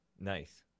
Nice